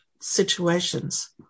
situations